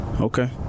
okay